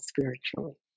spiritually